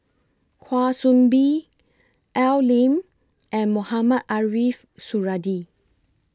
Kwa Soon Bee Al Lim and Mohamed Ariff Suradi